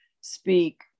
speak